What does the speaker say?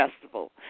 Festival